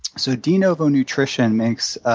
so de novo nutrition makes